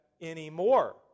anymore